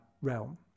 realm